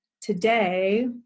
today